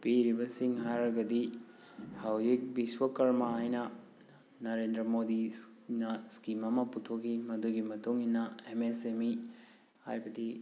ꯄꯤꯔꯤꯕꯁꯤꯡ ꯍꯥꯏꯔꯒꯗꯤ ꯍꯧꯖꯤꯛ ꯕꯤꯁꯣꯀꯔꯃ ꯍꯥꯏꯅ ꯅꯔꯦꯟꯗ꯭ꯔ ꯃꯣꯗꯤꯅ ꯏꯁꯀꯤꯝ ꯑꯃ ꯄꯨꯊꯣꯛꯈꯤ ꯃꯗꯨꯒꯤ ꯃꯇꯨꯡꯏꯟꯅ ꯑꯦꯝ ꯑꯦꯁ ꯑꯦꯝ ꯏ ꯍꯥꯏꯕꯗꯤ